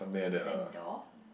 land door